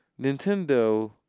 Nintendo